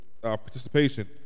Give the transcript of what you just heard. participation